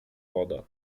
woda